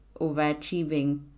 overachieving